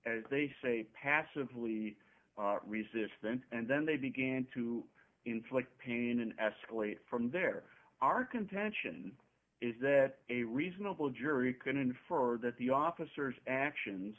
as they say passively resistant and then they began to inflict pain and escalate from there our contention is that a reasonable jury could infer that the officers actions